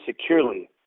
securely